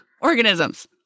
organisms